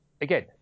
again